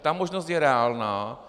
Ta možnost je reálná.